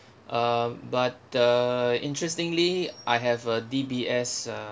uh but uh interestingly I have a D_B_S uh